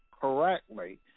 correctly